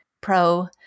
pro